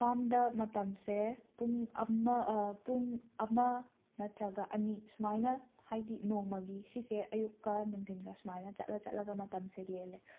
ꯐꯥꯝꯗ ꯃꯇꯝꯁꯦ ꯄꯨꯡ ꯑꯃ ꯄꯨꯡ ꯑꯃ ꯅꯠꯇ꯭ꯔꯒ ꯑꯅꯤ ꯁꯨꯃꯥꯏꯅ ꯍꯥꯏꯗꯤ ꯅꯣꯡꯃꯒꯤ ꯁꯤꯁꯦ ꯑꯌꯨꯛꯀ ꯅꯨꯡꯊꯤꯜꯒ ꯁꯨꯃꯥꯏꯅ ꯆꯠꯂ ꯆꯠꯂꯒ ꯃꯇꯝꯁꯦ ꯂꯦꯜꯂꯦ